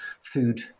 food